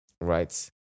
Right